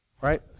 Right